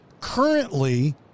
Currently